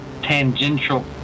tangential